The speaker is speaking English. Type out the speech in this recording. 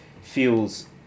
feels